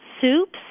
soups